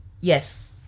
Yes